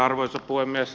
arvoisa puhemies